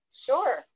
Sure